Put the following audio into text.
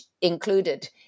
included